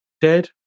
dead